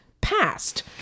passed